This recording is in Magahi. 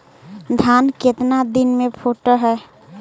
धान केतना दिन में फुट है?